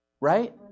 right